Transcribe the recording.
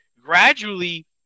gradually